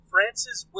Francis